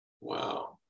wow